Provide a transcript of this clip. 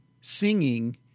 singing